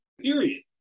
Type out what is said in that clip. period